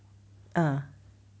ah